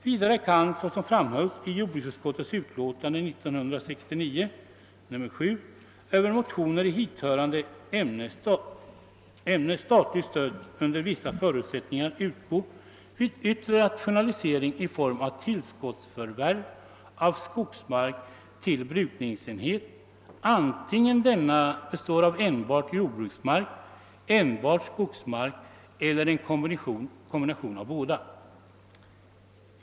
Vidare kan, såsom framhölls i jordbruksutskottets utlåtande nr 7 år 1969 över motioner i hithörande ämne, statligt stöd under vissa förutsättningar utgå vid yttre rationalisering i form av tillskottsförvärv av skogsmark till brukningsenhet, antingen denna består av enbart jordbruksmark, enbart skogsmark eller en kombination av båda.